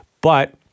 But-